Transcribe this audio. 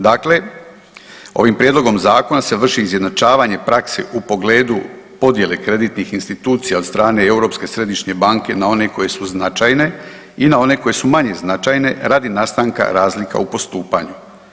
Dakle, ovim prijedlogom zakona se vrši izjednačavanje prakse u pogledu podjele kreditnih institucija od strane Europske središnje banke na one koje su značajne i na one koje su manje značajne radi nastanka razlika u postupanju.